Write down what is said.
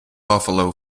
buffalo